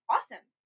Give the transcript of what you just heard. Awesome